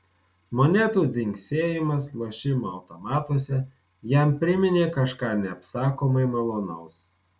monetų dzingsėjimas lošimo automatuose jam priminė kažką neapsakomai malonaus